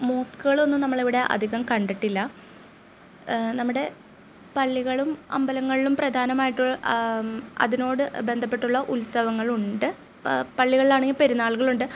മോസ്കുകളൊന്നും നമ്മൾ ഇവിടെ അധികം കണ്ടിട്ടില്ല നമ്മുടെ പള്ളികളും അമ്പലങ്ങളിലും പ്രധാനമായിട്ട് അതിനോട് ബന്ധപ്പെട്ടിട്ടുള്ള ഉത്സവങ്ങളുണ്ട് ഇപ്പോൾ പള്ളികളിൽ ആണെങ്കിൽ പെരുന്നാളുകൾ ഉണ്ട്